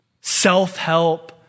Self-help